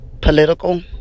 political